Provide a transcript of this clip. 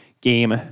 Game